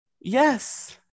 Yes